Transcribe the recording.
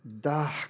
dark